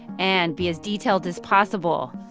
and be as detailed as possible,